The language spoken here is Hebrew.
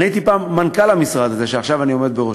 הייתי פעם מנכ"ל המשרד הזה שעכשיו אני עומד בראשו.